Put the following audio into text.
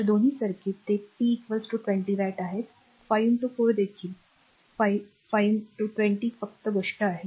तर दोन्ही सर्किट ते p 20 वॅट आहेत 5 4 येथे देखील 5 20 फक्त गोष्ट आहे